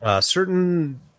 certain